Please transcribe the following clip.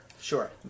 Sure